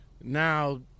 Now